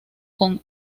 con